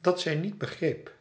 dat zij niet begreep